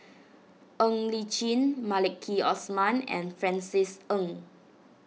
Ng Li Chin Maliki Osman and Francis Ng